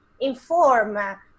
inform